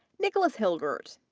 nicholas hilgert,